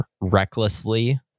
recklessly